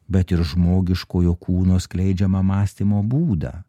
bet ir žmogiškojo kūno skleidžiamą mąstymo būdą